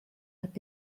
hat